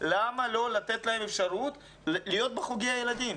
למה לא לתת להם אפשרות להיות בחוגי הילדים,